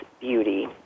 Beauty